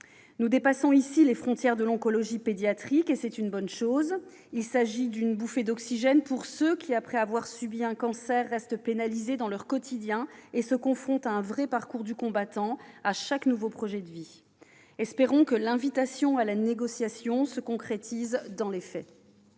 Nous dépassons ici les frontières de l'oncologie pédiatrique, et c'est une bonne chose. Il s'agit d'une véritable bouffée d'oxygène pour ceux qui, après avoir subi un cancer, restent pénalisés dans leur quotidien et se confrontent à un vrai parcours du combattant à chaque nouveau projet de vie. Espérons que l'invitation à la négociation se concrétise dans les faits.